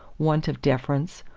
want of deference,